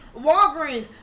Walgreens